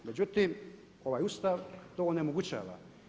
Međutim, ovaj ustav to ne omogućava.